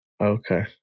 Okay